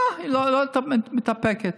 לא הייתה מתאפקת.